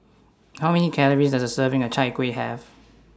How Many Calories Does A Serving of Chai Kuih Have